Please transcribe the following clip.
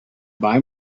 buy